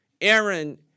Aaron